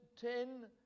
ten